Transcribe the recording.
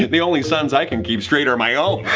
the only sons i can keep straight are my own.